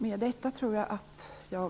Med detta slutar jag.